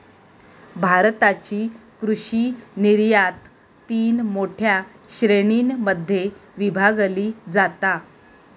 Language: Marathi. भारताची कृषि निर्यात तीन मोठ्या श्रेणीं मध्ये विभागली जाता